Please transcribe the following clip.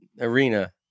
arena